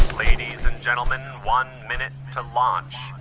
ladies and gentlemen, one minute to launch.